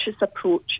approach